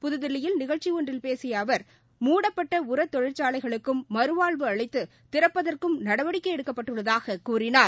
புதுதில்லியில் நிகழ்ச்சி ஒன்றில் பேசிய அவர் மூடப்பட்ட உரத் தொழிற்சாலைகளுக்கும் மறுவாழ்வு அளித்து திறப்பதற்கும் நடவடிக்கை எடுக்கப்பட்டுள்ளதாகக் கூறினார்